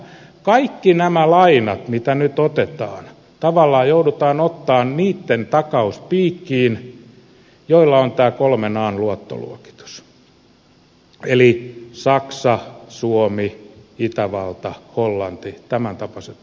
kaikki nämä lainat mitä nyt otetaan tavallaan joudutaan ottamaan niitten takauspiikkiin joilla on tämä kolmen an luottoluokitus eli saksa suomi itävalta hollanti tämäntapaiset maat